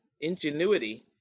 ingenuity